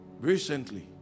Recently